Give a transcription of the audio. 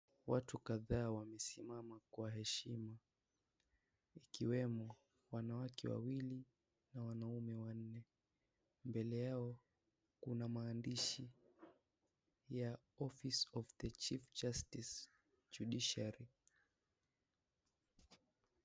Watu kadhaa wamesimama kwa heshima. Ikiwemo, wanawake wawili na wanaume wanne. Mbele yao kuna maandishi ya, Office of the Chief Justice Judiciary .